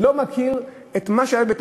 לא מכיר את מה שהיה בבית-המשפט,